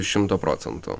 šimto procentų